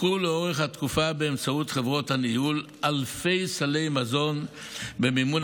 לאורך התקופה חולקו אלפי סלי מזון במימון